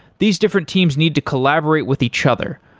these different teams need to collaborate with each other,